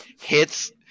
hits